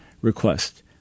request